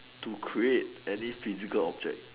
to create at least physical object